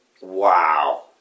Wow